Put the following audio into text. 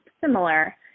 similar